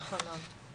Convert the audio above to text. נכון.